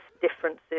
differences